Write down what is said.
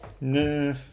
No